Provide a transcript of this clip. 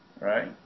right